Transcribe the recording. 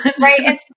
right